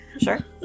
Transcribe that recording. sure